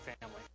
family